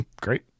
great